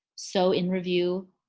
so in review,